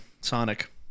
Sonic